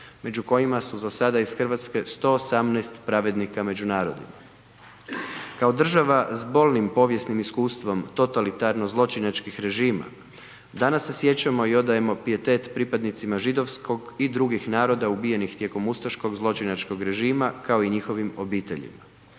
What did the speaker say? među kojima su za sada iz Hrvatske 118 pravednika među narodima. Kao država s bolnim povijesnim iskustvom totalitarno zločinačkih režima, danas se sjećamo i odajemo pijetet pripadnicima židovskog i drugih naroda ubijenih tijekom ustaškog zločinačkog režima kao i njihovim obiteljima.